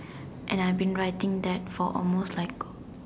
and I've been writing that for almost like